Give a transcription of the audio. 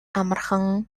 амархан